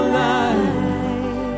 life